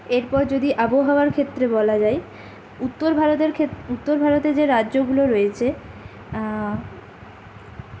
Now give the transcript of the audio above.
এরপর যদি আবহাওয়ার ক্ষেত্রে বলা যায় উত্তর ভারতের ক্ষেত উত্তর ভারতে যে রাজ্যগুলো রয়েছে